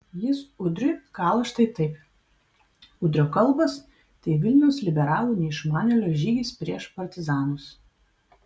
jis udriui kala štai taip udrio kalbos tai vilniaus liberalų neišmanėlio žygis prieš partizanus